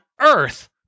earth